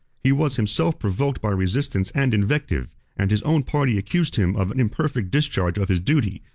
he was himself provoked by resistance and invective and his own party accused him of an imperfect discharge of his duty,